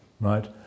right